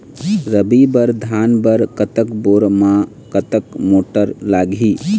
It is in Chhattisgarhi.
रबी बर धान बर कतक बोर म कतक मोटर लागिही?